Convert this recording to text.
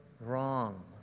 wrong